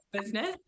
business